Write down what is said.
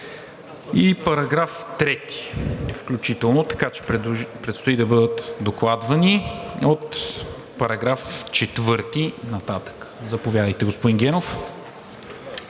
и § 3 включително. Така че предстои да бъдат докладвани от § 4 нататък. Заповядайте, господин Генов.